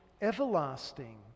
everlasting